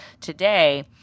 today